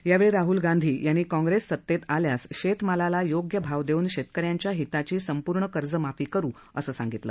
यावेळी राहल गांधी यांनी काँग्रेस सतेत आल्यास शेतमालाला योग्य भाव देऊन शेतकऱ्यांच्या हिताची संपूर्ण कर्जमाफी करू असं सांगितलं